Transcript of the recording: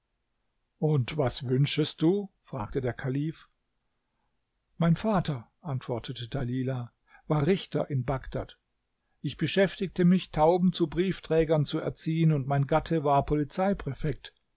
und was wünschest du fragte der kalif mein vater antwortete dalilah war richter in bagdad ich beschäftigte mich tauben zu briefträgern zu erziehen und mein gatte war